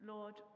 Lord